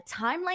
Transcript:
timeline